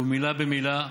מילה במילה.